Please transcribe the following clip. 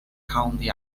county